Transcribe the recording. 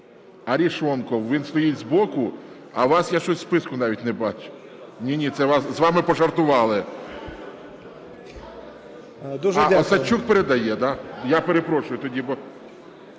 Арешонков, він стоїть збоку, а вас я щось у списку навіть не бачив. Ні-ні, це з вами пожартували. А, Осадчук передає, да? Я перепрошую тоді, бо...